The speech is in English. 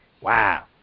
wow